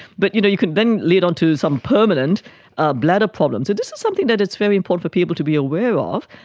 but you know it could then lead on to some permanent ah bladder problems. and this is something that is very important for people to be aware of.